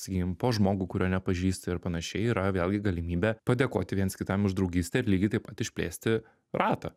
sakykim po žmogų kurio nepažįsti ir panašiai yra vėlgi galimybė padėkoti viens kitam už draugystę ir lygiai taip pat išplėsti ratą